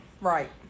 right